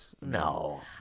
no